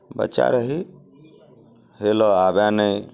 बच्चा रही हेलय आबय नहि